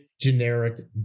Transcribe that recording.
generic